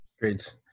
Great